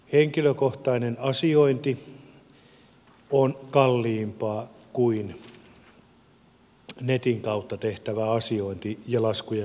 henkilökohtainen asiointi on kalliimpaa kuin netin kautta tehtävä asiointi ja laskujen maksaminen